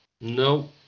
No